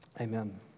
Amen